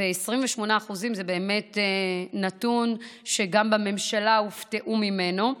ו-28% זה באמת נתון שגם בממשלה הופתעו ממנו.